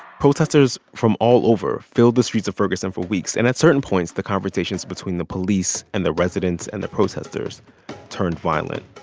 protesters from all over filled the streets of ferguson for weeks. and at certain points, the confrontations between the police and the residents and the protesters turned violent.